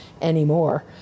anymore